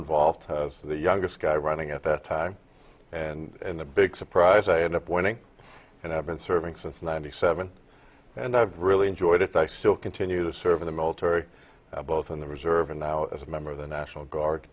involved the youngest guy running at the time and the big surprise i end up winning and i've been serving since ninety seven and i've really enjoyed it i still continue to serve in the military both in the reserve and now as a member of the national guard